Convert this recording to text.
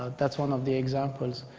that's one of the examples.